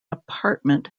apartment